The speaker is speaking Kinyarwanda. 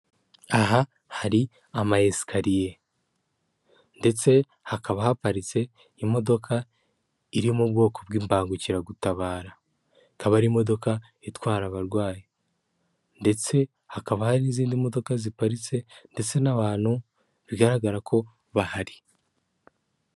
Aha hari ama esikariye ndetse hakaba haparitse imodoka iri mu bwoko bw'imbangukiragutabara, ikaba ari imodoka itwara abarwayi, ndetse hakaba hari n'izindi modoka ziparitse ndetse n'abantu bigaragara ko bahari.